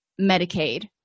Medicaid